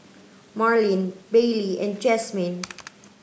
Marleen Bailey and Jasmyne